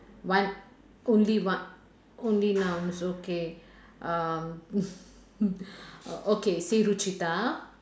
one only one only nouns okay um oh okay say Ruchita